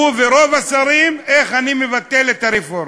הוא ורוב השרים, איך אני מבטל את הרפורמות.